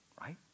right